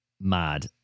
Mad